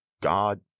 God